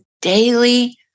daily